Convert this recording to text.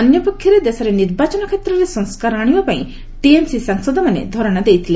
ଅନ୍ୟପକ୍ଷରେ ଦେଶରେ ନିର୍ବାଚନ କ୍ଷେତ୍ରରେ ସଂସ୍କାର ଆଶିବାପାଇଁ ଟିଏମ୍ସି ସାଂସଦମାନେ ଧାରଣା ଦେଇଥିଲେ